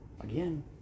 Again